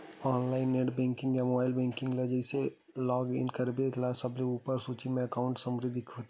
online net banking या mobile banking ल जइसे लॉग इन करबे त सबले उप्पर सूची म एकांउट समरी दिखथे